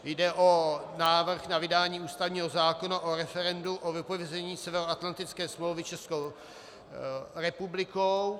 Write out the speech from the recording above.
Jde o návrh na vydání ústavního zákona o referendu o vypovězení Severoatlantické smlouvy Českou republikou.